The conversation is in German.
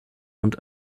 und